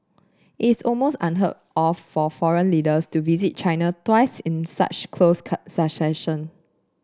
it is almost unheard of for foreign leaders to visit China twice in such close succession